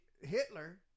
Hitler